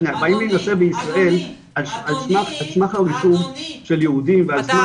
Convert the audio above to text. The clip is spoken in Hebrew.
באים להירשם על סמך הרישום של יהודים ועל סמך הבירור --- אדוני,